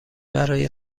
برای